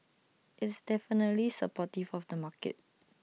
it's definitely supportive of the market